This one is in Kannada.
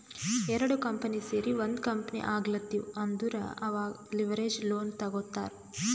ಎರಡು ಕಂಪನಿ ಸೇರಿ ಒಂದ್ ಕಂಪನಿ ಆಗ್ಲತಿವ್ ಅಂದುರ್ ಅವಾಗ್ ಲಿವರೇಜ್ ಲೋನ್ ತಗೋತ್ತಾರ್